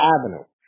Avenue